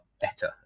better